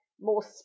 more